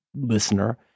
listener